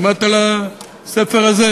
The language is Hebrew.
שמעת על הספר הזה?